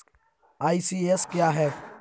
ECS क्या है?